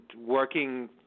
working